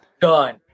done